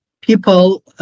people